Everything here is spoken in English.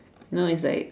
no it's like